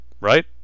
Right